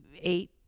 eight